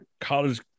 college